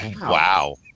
Wow